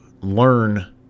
learn